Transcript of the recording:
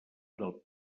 del